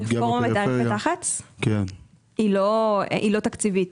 היא לא תקציבית.